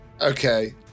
Okay